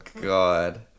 God